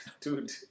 Dude